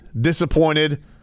disappointed